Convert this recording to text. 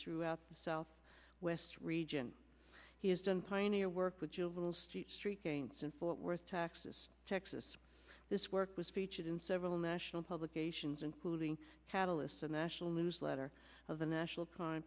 throughout the south west region he has done pioneer work with juvenile street street in fort worth texas texas this work was featured in several national publications including catalyst a national newsletter of the national crime